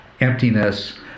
emptiness